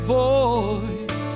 voice